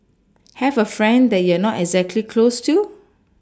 have a friend that you're not exactly close to